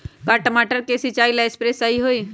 का टमाटर के सिचाई ला सप्रे सही होई?